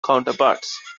counterparts